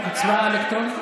אנחנו בהצבעה אלקטרונית?